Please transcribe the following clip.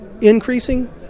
Increasing